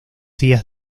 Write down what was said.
días